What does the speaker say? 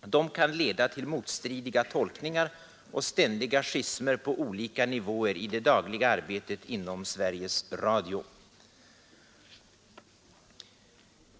De kan leda till motstridiga tolkningar och ständiga schismer på olika nivåer i det dagliga arbetet inom Sveriges Radio.”